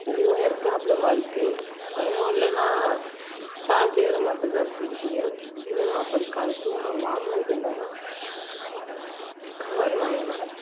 wire ப்ராப்ளமாக இருக்குது அதுவும் இல்லைன்னா சார்ஜ் ஏறமாட்டுன்து அப்படி இப்படின்னு இன்னும் நான் அப்புறம் கடைசியா வாங்கினது என்னென்னா கவர் வாங்கினேன்